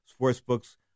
Sportsbooks